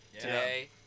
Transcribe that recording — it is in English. today